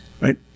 right